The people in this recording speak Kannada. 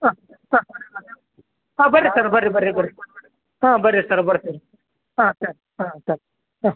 ಹಾಂ ಹಾಂ ಹಾಂ ಬನ್ರಿ ಸರ ಬನ್ರಿ ಬನ್ರಿ ಹಾಂ ಬನ್ರಿ ಸರ್ ಬರ್ತೀನಿ ಹಾಂ ಸರ್ ಹಾಂ ಸರ್ ಹಾಂ